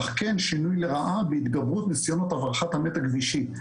אך כן שינוי לרעה בהתגברות ניסיונות הברחת המת' הגבישי,